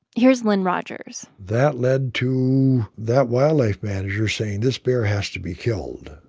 here's lynn rogers that led to that wildlife manager saying this bear has to be killed